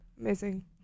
Amazing